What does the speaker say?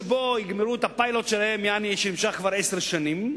שבה יגמרו את הפיילוט שלהם, שנמשך כבר עשר שנים,